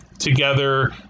together